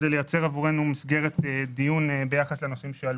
כדי לייצר עבורנו מסגרת דיון ביחס לנושאים שעלו.